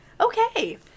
okay